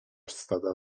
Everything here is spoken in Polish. stada